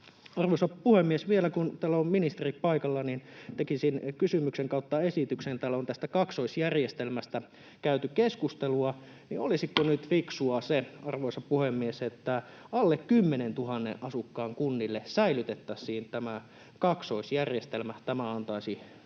Arvoisa puhemies! Vielä, kun täällä on ministeri paikalla, tekisin kysymyksen/esityksen. Täällä on tästä kaksoisjärjestelmästä käyty keskustelua. Olisiko nyt fiksua se, arvoisa puhemies, että alle 10 000 asukkaan kunnilla säilytettäisiin tämä kaksoisjärjestelmä? Tämä toisi minun